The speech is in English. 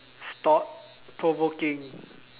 thought provoking